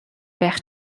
байх